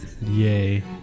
Yay